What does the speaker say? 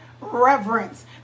reverence